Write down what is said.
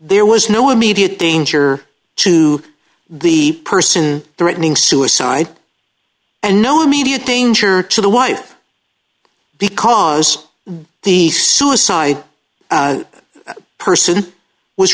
there was no immediate danger to the person threatening suicide and no immediate danger to the wife because the suicide person was